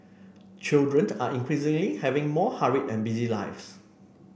children are increasingly having more hurried and busy lives